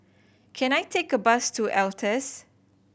can I take a bus to Altez